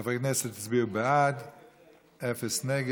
להעביר את הצעת חוק שמירת הניקיון (תיקון מס' 23)